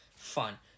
Fun